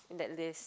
that list